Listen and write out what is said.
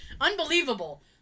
Unbelievable